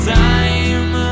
time